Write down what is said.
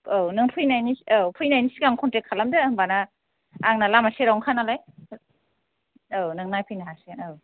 औ नों फैनायनि औ फैनायनि सिगां कन्टेक्त खालामदो होमबाना आंना लामा सेरावनोखा नालाय औ नों नायफैनो हासिगोन औ